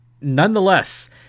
nonetheless